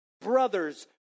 brothers